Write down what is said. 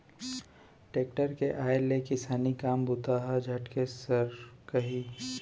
tractor के आय ले किसानी काम बूता ह झटके सरकही